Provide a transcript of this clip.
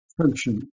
function